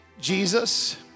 Jesus